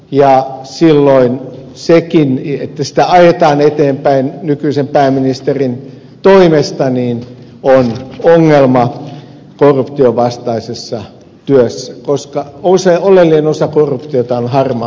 ja sekin että sitä ajetaan eteenpäin nykyisen pääministerin toimesta on ongelma korruptionvastaisessa työssä koska oleellinen osa korruptiota on harmaa talous